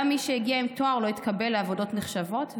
גם מי שהגיע עם תואר לא התקבל לעבודות נחשבות,